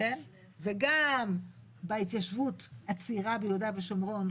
וגם בהתיישבות הצעירה ביהודה ושומרון,